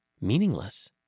meaningless